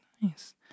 nice